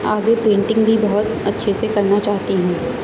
آگے پینٹنگ بھی بہت اچھے سے کرنا چاہتی ہوں